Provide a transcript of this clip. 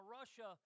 Russia